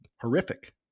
horrific